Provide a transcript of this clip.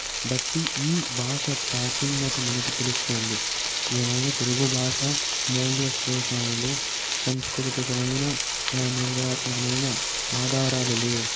బట్టి ఈ భాష ప్రాచీన్యత మనకి తెలుస్తుంది ఏమైనా తెలుగు భాష మూల్య విశేషణలో సంస్కృతికరమైన నిర్ణయాత్మకమైన ఆధారాలు లేవు